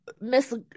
miss